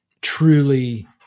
truly